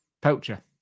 Poacher